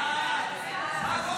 ההסתייגות